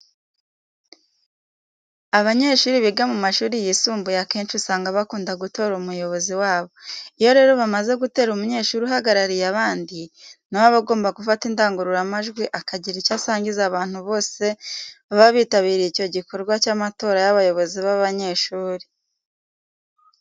Abanyeshuri biga mu mashuri yisumbuye akenshi usanga bakunda gutora umuyobozi wabo. Iyo rero bamaze gutora umunyeshuri uhagarariye abandi, na we aba agomba gufata indangururamajwi akagira icyo asangiza abantu bose baba bitabiriye icyo gikorwa cy'amatora y'abayobozi b'abanyeshuri.